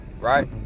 Right